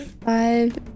five